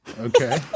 okay